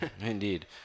indeed